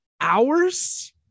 hours